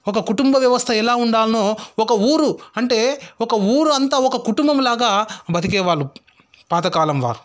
ఒక కుటుంబ వ్యవస్థ ఎలా ఉండాల్నో ఒక ఊరు అంటే ఒక ఊరు అంత ఒక కుటుంబం లాగా బతికే వాళ్ళు పాతకాలం వారు